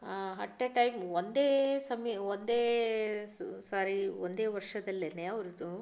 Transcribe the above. at a time ಒಂದೇ ಸಮಯ ಒಂದೇ ಸ ಸಾರಿ ಒಂದೇ ವರ್ಷದಲ್ಲೇನೆ ಅವರದು